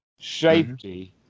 safety